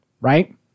right